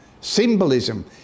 symbolism